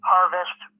Harvest